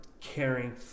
caring